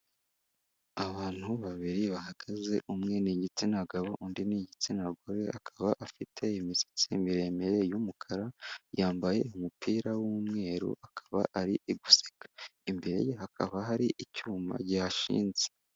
Abantu babiri bahagaze, umwe ni igitsina gabo, undi ni igitsina gore, akaba afite imisatsi miremire y'umukara, yambaye umupira w'umweru, akaba ari guseka, imbere ye hakaba hari icyuma gihashinze.